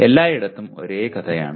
എല്ലായിടത്തും ഒരേ കഥയാണ്